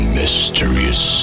mysterious